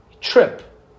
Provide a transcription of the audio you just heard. Trip